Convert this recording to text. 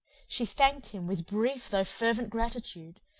she thanked him with brief, though fervent gratitude,